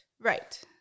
Right